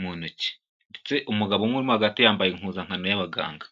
mu ntoki ndetse umugabo umwe urimo hagati yambaye impuzankano y'abaganga.